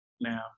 now